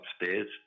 upstairs